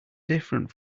different